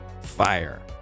fire